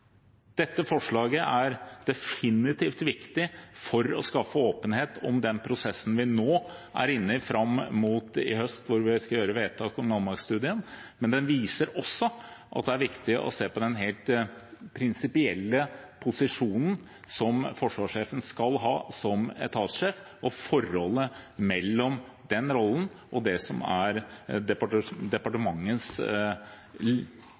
dette forslaget er definitivt viktig for å skaffe åpenhet om den prosessen vi nå er inne i fram mot høsten, når vi skal gjøre vedtak om landmaktstudien, men det viser også at det er viktig å se på den helt prinsipielle posisjonen som forsvarssjefen skal ha som etatssjef, og forholdet mellom den rollen og det som er